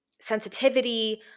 sensitivity